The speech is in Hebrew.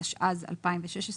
התשע"ז-2016,